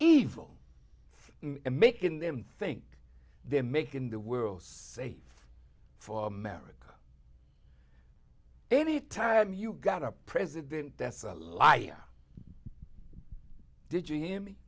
evil for making them think they're making the world safe for america any time you got a president that's a lie did you hear me